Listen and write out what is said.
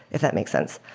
if that makes sense.